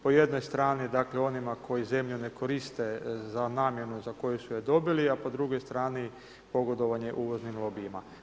Po jednoj strani, dakle, onima koji zemlju ne koriste, za namjenu, za koju su je dobiju, a po drugoj strani pogodovanje uvoznim lobijima.